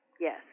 yes